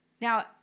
Now